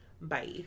Bye